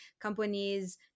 companies